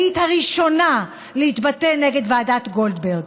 היית הראשונה להתבטא נגד ועדת גולדברג.